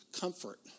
comfort